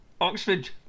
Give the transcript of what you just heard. Oxford